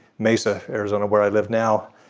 mesa arizona where i live now.